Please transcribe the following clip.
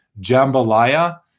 Jambalaya